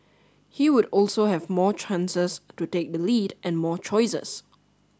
he would also have more chances to take the lead and more choices